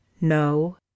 No